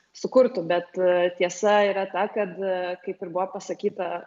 sukurtų bet tiesa yra ta kad kaip ir buvo pasakyta